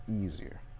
easier